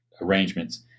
arrangements